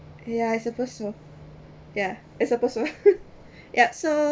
ya it suppose to yeah it's supposed to yeah so